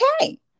okay